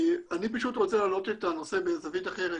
אני מבקש להעלות את הנושא מזווית אחרת,